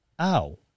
ow